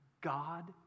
God